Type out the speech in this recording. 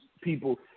people